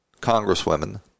Congresswomen